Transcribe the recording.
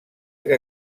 que